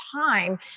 time